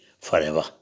forever